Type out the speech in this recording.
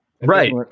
Right